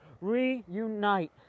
Reunite